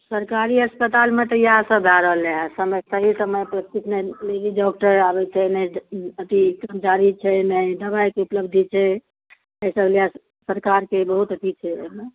सरकारी अस्पतालमे तऽ एयह सब भय रहलै हन सही समय पर नहि लेडी डॉक्टर आबै छै नहि कर्मचारी छै नहि दबाइ उपलब्ध छै से सब लय कऽ सरकार के बहुत अथी छै एहिमे